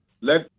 Let